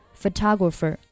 photographer